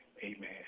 amen